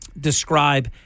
describe